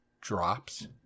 drops